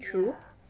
ya